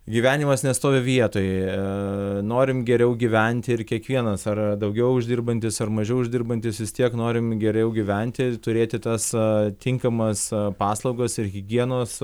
gyvenimas nestovi vietoj norim geriau gyventi ir kiekvienas ar daugiau uždirbantis ar mažiau uždirbantis vis tiek norim geriau gyventi turėti tas tinkamas paslaugas ir higienos